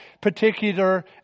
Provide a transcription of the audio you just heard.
particular